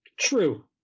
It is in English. True